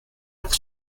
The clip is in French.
pour